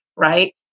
right